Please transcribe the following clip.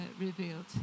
revealed